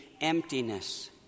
emptiness